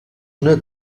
una